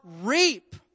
reap